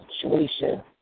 situation